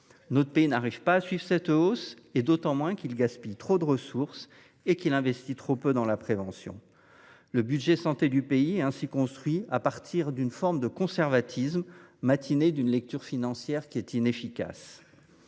Notre pays ne parvient pas à suivre cette hausse. Il le fait d’autant moins qu’il gaspille trop de ressources et qu’il investit trop peu dans la prévention. Le budget santé du pays est ainsi construit à partir d’une forme de conservatisme mâtiné d’une lecture financière inefficace.